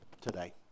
today